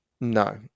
no